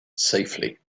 safely